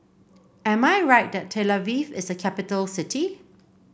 am I right that Tel Aviv is a capital city